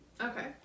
Okay